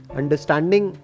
understanding